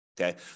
Okay